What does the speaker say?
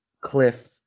cliff